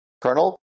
colonel